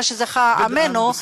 מה שזכה עמנו,